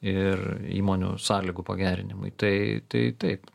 ir įmonių sąlygų pagerinimui tai tai taip